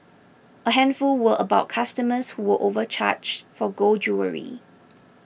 a handful were about customers who were overcharged for gold jewellery